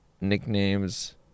nicknames